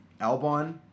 Albon